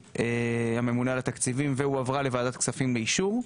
הממונה על התקציבים והועברה לוועדת הכספים לאישור,